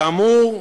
כאמור,